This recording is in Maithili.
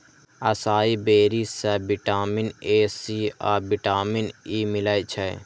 असाई बेरी सं विटामीन ए, सी आ विटामिन ई मिलै छै